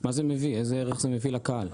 מה זה מביא, איזה ערך זה מביא לציבור?